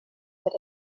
get